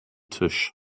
tisch